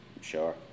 Sure